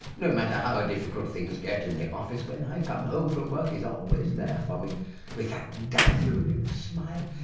no matter how difficult things get in the office, when i come home from work, he's always there for me with that dazzling smile,